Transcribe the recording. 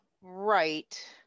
right